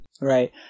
Right